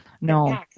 No